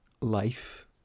life